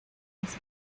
los